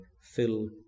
fill